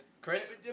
Chris